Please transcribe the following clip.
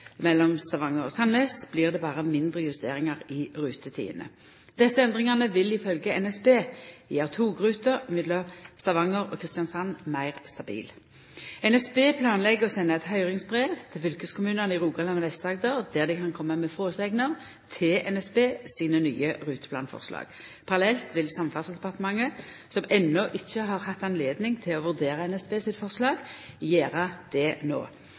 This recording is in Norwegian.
mellom Stavanger og Sandnes blir det berre mindre justeringar i rutetidene. Desse endringane vil i følgje NSB gjera togruta mellom Stavanger og Kristiansand meir stabil. NSB planlegg å senda eit høyringsbrev til fylkeskommunane i Rogaland og Vest-Agder, der dei kan koma med fråsegner til NSB sine nye ruteplanforslag. Parallelt vil Samferdselsdepartementet, som enno ikkje har hatt anledning til å vurdere NSB sitt forslag, gjera det